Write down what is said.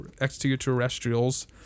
extraterrestrials